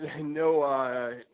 no